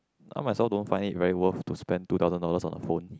I myself don't find it very worth to spend two thousand dollars on a phone